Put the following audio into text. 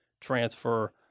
transfer